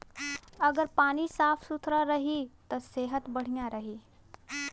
अगर पानी साफ सुथरा रही त सेहत बढ़िया रही